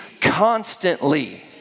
constantly